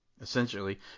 essentially